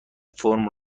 فرم